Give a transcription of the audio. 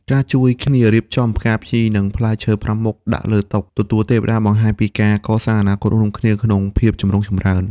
ការជួយគ្នារៀបចំ "ផ្កាភ្ញី" និង "ផ្លែឈើប្រាំមុខ" ដាក់លើតុទទួលទេវតា បង្ហាញពីការកសាងអនាគតរួមគ្នាក្នុងភាពចម្រុងចម្រើន។